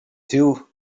two